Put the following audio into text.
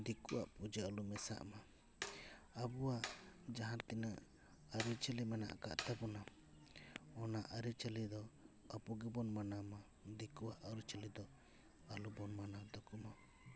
ᱫᱤᱠᱩᱣᱟᱜ ᱯᱩᱡᱟᱹ ᱟᱞᱚ ᱢᱮᱥᱟᱜᱢᱟ ᱟᱵᱚᱣᱟᱜ ᱡᱟᱦᱟᱸ ᱛᱤᱱᱟᱹᱜ ᱟᱹᱨᱤᱪᱟᱹᱞᱤ ᱢᱮᱱᱟᱜ ᱟᱠᱟᱫ ᱛᱟᱵᱚᱱᱟ ᱚᱱᱟ ᱟᱹᱨᱤᱪᱟᱹᱞᱤ ᱫᱚ ᱟᱵᱚ ᱜᱮᱵᱚᱱ ᱢᱟᱱᱟᱣ ᱢᱟ ᱫᱤᱠᱩᱣᱟᱜ ᱟᱹᱨᱤᱪᱟᱹᱞᱤ ᱫᱚ ᱟᱞᱚ ᱵᱚᱱ ᱢᱟᱱᱟᱣ ᱛᱟᱠᱚᱢᱟ